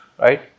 Right